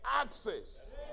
access